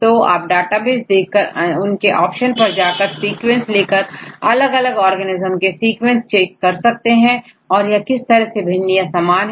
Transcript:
तो आप डेटाबेस देखकर उनके ऑप्शंस पर जाकर सीक्वेंस लेकर अलग अलग ऑर्गेनेज्म के सीक्वेंस चेक कर यह देख सकते हैं कि यह किस तरह से भिन्न है या समान है